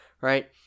right